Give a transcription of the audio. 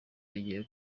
rigiye